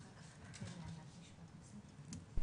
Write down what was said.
תודה רבה.